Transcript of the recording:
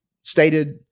stated